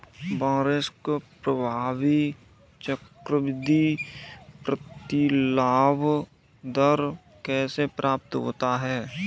वार्षिक प्रभावी चक्रवृद्धि प्रतिलाभ दर कैसे प्राप्त होता है?